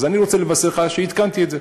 אז אני רוצה לבשר לך שעדכנתי את זה.